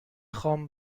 خوام